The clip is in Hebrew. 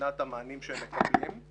מבחינת המענים שהם מקבלים,